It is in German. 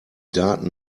daten